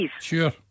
Sure